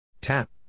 Tap